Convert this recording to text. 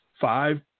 five